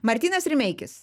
martynas rimeikis